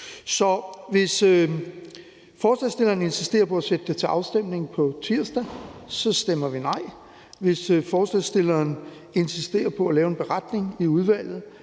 Hvis forslagsstillerne insisterer på at sætte det til afstemning på tirsdag, stemmer vi nej. Hvis forslagsstillerne insisterer på at lave en beretning i udvalget,